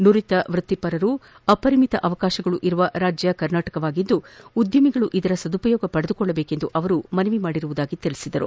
ನುರಿತ ವೃತ್ತಿಪರರು ಅಪರಿಮಿತ ಅವಕಾಶಗಳಿರುವ ರಾಜ್ಯ ಕರ್ನಾಟಕವಾಗಿದ್ದು ಉದ್ಯಮಿಗಳು ಇದರ ಸದುಪಯೋಗಪಡೆದುಕೊಳ್ಳಬೇಕು ಎಂದು ಮನವಿ ಮಾಡಿರುವುದಾಗಿ ತಿಳಿಸಿದರು